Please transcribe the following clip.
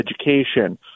education